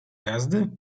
jazdy